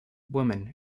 women